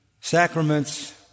sacraments